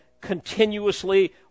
continuously